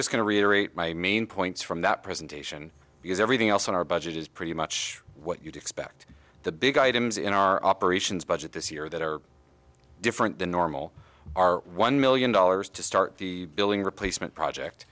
just going to reiterate my main points from that presentation because everything else on our budget is pretty much what you'd expect the big items in our operations budget this year that are different than normal our one million dollars to start the building replacement project